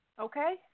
Okay